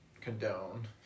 condone